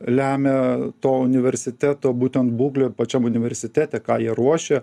lemia to universiteto būtent būklė ir pačiam universitete ką jie ruošia